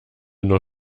nur